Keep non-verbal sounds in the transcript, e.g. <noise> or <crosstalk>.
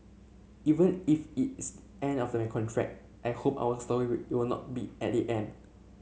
even if it's end of a contract I hope our story <unintelligible> will not be at the end